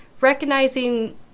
Recognizing